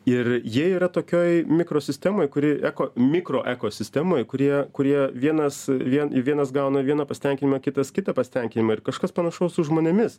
ir jie yra tokioj mikrosistemoj kuri eko mikro ekosistemoj kurie kurie vienas vien vienas gauna vieną pasitenkinimą kitas kitą pasitenkinimą ir kažkas panašaus su žmonėmis